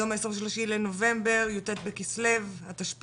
היום 23 בנובמבר 2021, י"ט כסלו תשפ"ב.